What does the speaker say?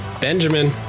Benjamin